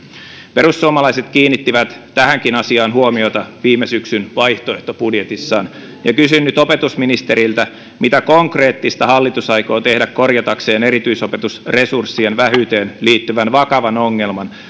perussuomalaiset kiinnittivät tähänkin asiaan huomiota viime syksyn vaihtoehtobudjetissaan ja kysyn nyt opetusministeriltä mitä konkreettista hallitus aikoo tehdä korjatakseen erityisopetusresurssien vähyyteen liittyvän vakavan ongelman